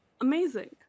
Amazing